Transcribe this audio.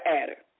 adder